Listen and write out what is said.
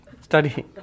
studying